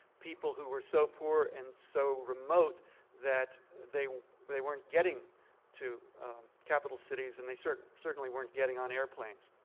people who were so poor and so remote that they but they weren't getting to capital cities. and they sort of certainly weren't getting on airplanes.